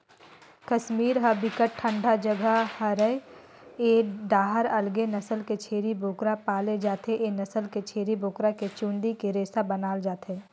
कस्मीर ह बिकट ठंडा जघा हरय ए डाहर अलगे नसल के छेरी बोकरा पाले जाथे, ए नसल के छेरी बोकरा के चूंदी के रेसा बनाल जाथे